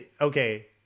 okay